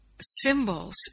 symbols